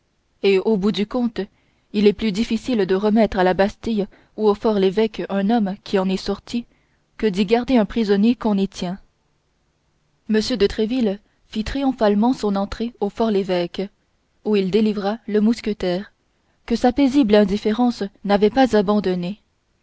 et au bout du compte il est plus difficile de remettre à la bastille ou au for lévêque un homme qui en est sorti que d'y garder un prisonnier qu'on y tient m de tréville fit triomphalement son entrée au for lévêque où il délivra le mousquetaire que sa paisible indifférence n'avait pas abandonné